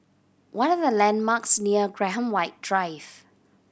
what are the landmarks near Graham White Drive